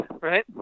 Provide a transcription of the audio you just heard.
right